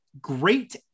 great